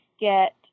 get